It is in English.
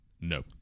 No